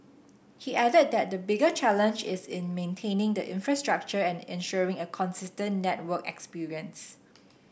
he added that the bigger challenge is in maintaining the infrastructure and ensuring a consistent network experience